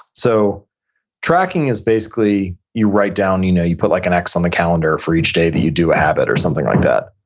so tracking is basically you write down, you know you put like an x on the calendar for each day that you do a habit or something like that.